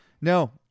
no